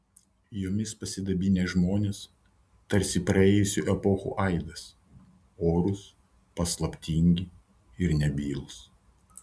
jomis pasidabinę žmonės tarsi praėjusių epochų aidas orūs paslaptingi ir nebylūs